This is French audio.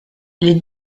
les